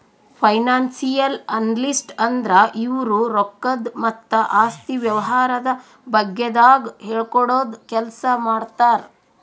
financial analyst ಅಂದ್ರ ಇವ್ರು ರೊಕ್ಕದ್ ಮತ್ತ್ ಆಸ್ತಿ ವ್ಯವಹಾರದ ಬಗ್ಗೆದಾಗ್ ಹೇಳ್ಕೊಡದ್ ಕೆಲ್ಸ್ ಮಾಡ್ತರ್